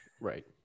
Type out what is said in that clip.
right